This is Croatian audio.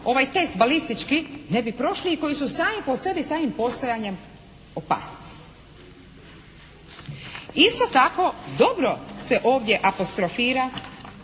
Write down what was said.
ovaj test balistički ne bi prošli i koji su sami po sebi samim postojanjem opasnost. Isto tako dobro se ovdje apostrofira